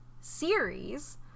series